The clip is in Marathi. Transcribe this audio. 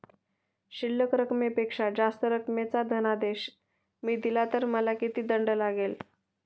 शिल्लक रकमेपेक्षा जास्त रकमेचा धनादेश मी दिला तर मला किती दंड लागेल?